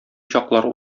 чаклар